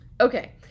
Okay